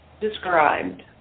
described